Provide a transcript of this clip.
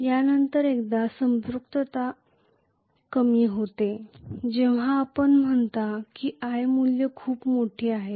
यानंतर एकदा संपृक्तता कमी होते जेव्हा आपण म्हणता की i मूल्य खूप मोठे आहे